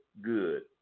good